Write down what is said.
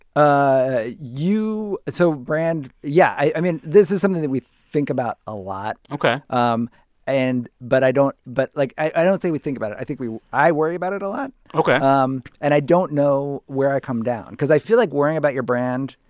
ah you so brand yeah. i mean, this is something that we think about a lot ok um and but i don't but like i i don't think we think about it. i think we i worry about it a lot ok um and i don't know where i come down because i feel like worrying about your brand,